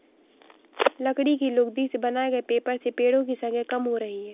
लकड़ी की लुगदी से बनाए गए पेपर से पेङो की संख्या कम हो रही है